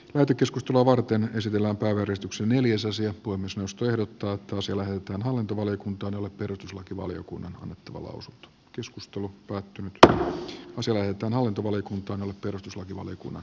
tätä keskustelua varten esitellään kouristuksen neliosaisia voimistelusta ja odottaa toiselle että hallintovaliokuntaan jolle perustuslakivaliokunnan honottava lausuttu joskus tullut pakki dr oselle että hallintovaliokunta on energiantuotantoa kasvatetaan